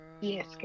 Yes